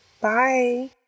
Bye